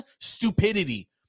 stupidity